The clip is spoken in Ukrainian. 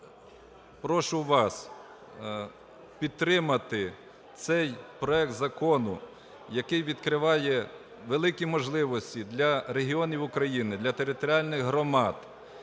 прошу вас підтримати цей проект Закону, який відкриває великі можливості для регіонів України, для територіальних громад